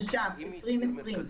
התשפ"א-2020.